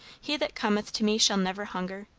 he that cometh to me shall never hunger,